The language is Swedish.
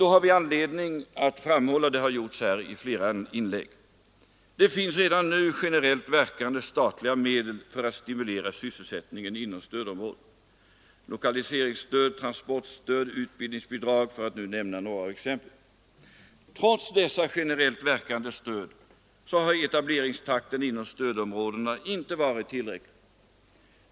Då har vi anledning framhålla — det har också gjorts i flera inlägg — att det finns redan nu generellt verkande statliga medel för att stimulera sysselsättningen inom stödområdena : lokaliseringsstöd, transportstöd och utbildningsbidrag, för att nu nämna några exempel. Trots dessa generellt verkande medel har etableringstakten inom stödområdena inte varit tillräcklig.